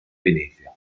venezia